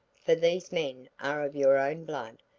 for these men are of your own blood,